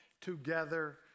together